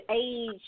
age